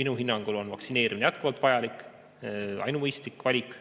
Minu hinnangul on vaktsineerimine jätkuvalt vajalik ja ainumõistlik valik